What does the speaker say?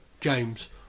James